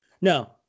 No